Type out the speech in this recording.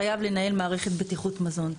חייב לנהל מערכת בטיחות מזון.